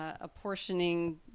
apportioning